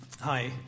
Hi